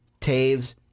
Taves